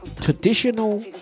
traditional